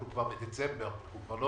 אנחנו כבר בדצמבר, אנחנו לא